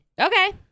Okay